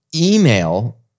Email